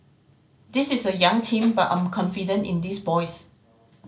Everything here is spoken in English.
this is a young team but I'm confident in these boys